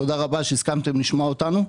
תודה רבה שהסכמתם לשמוע אותנו.